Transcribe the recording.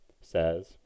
says